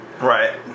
right